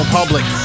Public